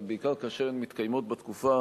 אבל בעיקר כאשר הן מתקיימות בתקופה